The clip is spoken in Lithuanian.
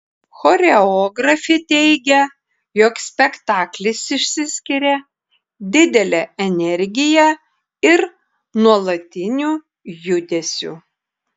choreografė teigia jog spektaklis išsiskiria didele energija ir nuolatiniu judesiu